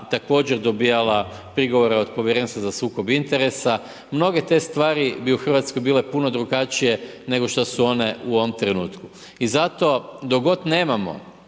također dobivala prigovore od povjerenstva za sukob interesa. Mnoge te stvari bi u Hrvatskoj bile puno drugačije, nego što su one u ovom trenutku. I zato, dok god nemamo